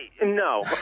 no